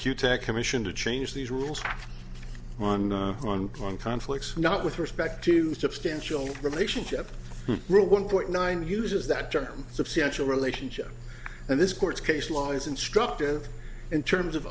q tech commission to change these rules one on on conflicts not with respect to substantial relationship rule one point nine uses that term substantial relationship in this court case law is instructive in terms of